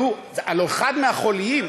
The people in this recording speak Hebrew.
הרי אחד מהחוליים,